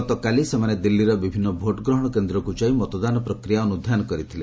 ଗତକାଲି ସେମାନେ ଦିଲ୍ଲୀର ବିଭିନ୍ନ ଭୋଟ୍ ଗ୍ରହଣ କେନ୍ଦ୍ରକୁ ଯାଇ ମତଦାନ ପ୍ରକ୍ରିୟା ଅନୁଧ୍ୟାନ କରିଥିଲେ